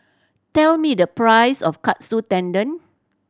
tell me the price of Katsu Tendon